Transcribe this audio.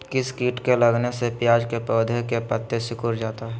किस किट के लगने से प्याज के पौधे के पत्ते सिकुड़ जाता है?